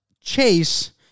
Chase